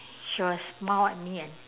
she will smile at me and